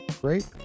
great